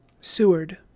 Seward